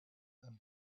and